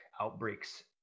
outbreaks